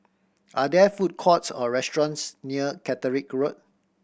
are there food courts or restaurants near Catterick Road